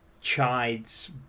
chides